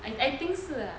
I think 是 lah